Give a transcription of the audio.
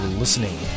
listening